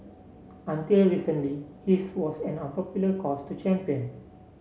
until recently his was an unpopular cause to champion